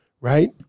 right